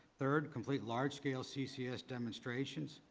third, complete large scale ccs demonstrations.